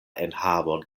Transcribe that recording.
enhavon